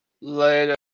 Later